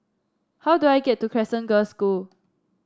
how do I get to Crescent Girls' School